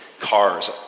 Cars